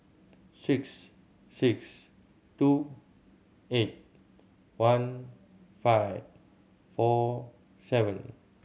six six two eight one five four seven